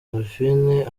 parfine